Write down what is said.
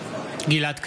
בעד גלעד קריב,